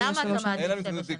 למה אתה מעדיף שבע שנים?